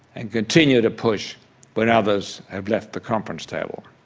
and continue to push when others have left the conference table.